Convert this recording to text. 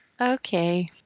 Okay